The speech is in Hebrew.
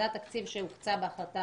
זה התקציב שהוקצה בהחלטה,